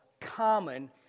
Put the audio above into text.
common